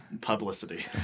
publicity